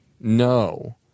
no